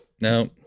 no